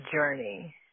journey